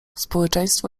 społeczeństwo